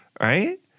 Right